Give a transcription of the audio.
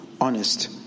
honest